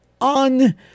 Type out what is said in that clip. on